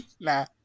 Nah